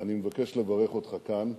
אני מבקש לברך אותך כאן,